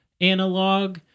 analog